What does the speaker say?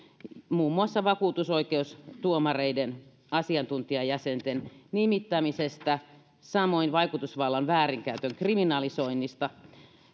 muun muassa vakuutusoikeustuomareiden asiantuntijajäsenten nimittämisestä samoin vaikutusvallan väärinkäytön kriminalisoinnista